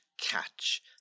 catch